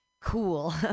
Cool